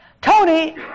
Tony